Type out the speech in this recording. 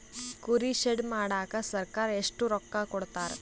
ಕುರಿ ಶೆಡ್ ಮಾಡಕ ಸರ್ಕಾರ ಎಷ್ಟು ರೊಕ್ಕ ಕೊಡ್ತಾರ?